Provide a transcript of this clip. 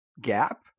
gap